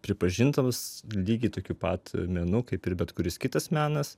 pripažintas lygiai tokiu pat menu kaip ir bet kuris kitas menas